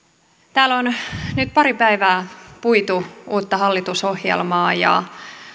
täällä on nyt pari päivää puitu uutta hallitusohjelmaa ja